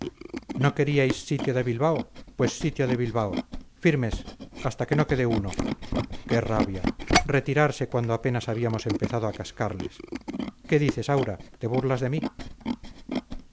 no queríais sitio de bilbao pues sitio de bilbao firmes hasta que no quede uno qué rabia retirarse cuando apenas habíamos empezado a cascarles qué dices aura te burlas de mí